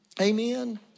Amen